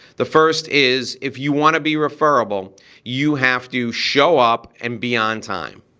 the first is if you wanna be referable you have to show up and be on time.